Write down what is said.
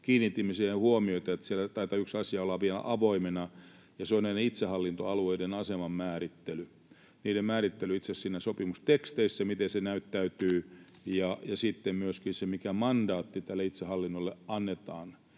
kiinnitimme siihen huomiota, että siellä taitaa yksi asia olla vielä avoimena, ja se on näiden itsehallintoalueiden aseman määrittely. Niiden määrittely itse sopimusteksteissä, miten se näyttäytyy, ja sitten myöskin se, mikä mandaatti tälle itsehallinnolle annetaan.